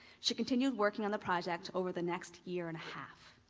she continued working on the project over the next year and a half.